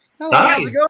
Hi